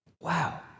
Wow